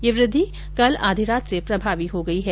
यह वृद्धि कल आधी रात से प्रभावी हो गयी है